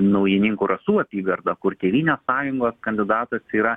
naujininkų rasų apygardą kur tėvynės sąjungos kandidatas yra